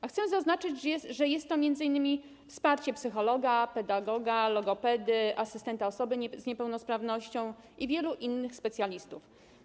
A chcę zaznaczyć, że jest to m.in. wsparcie psychologa, pedagoga, logopedy, asystenta osoby z niepełnosprawnością i wielu innych specjalistów.